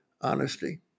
honesty